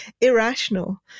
irrational